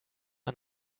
man